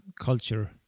culture